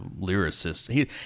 lyricist